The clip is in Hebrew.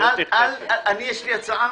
יש לי הצעה